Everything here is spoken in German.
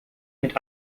mit